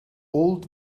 old